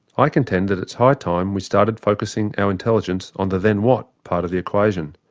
i contend that it's high time we started focusing our intelligence on the then what? part of the equation.